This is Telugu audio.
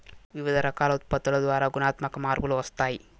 వివిధ రకాల ఉత్పత్తుల ద్వారా గుణాత్మక మార్పులు వస్తాయి